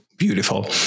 Beautiful